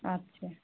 अच्छा